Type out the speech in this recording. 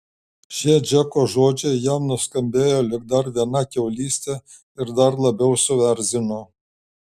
šie džeko žodžiai jam nuskambėjo lyg dar viena kiaulystė ir dar labiau suerzino